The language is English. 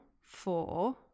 four